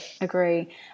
agree